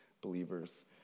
believers